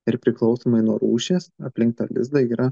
ir priklausomai nuo rūšies aplink tą lizdą yra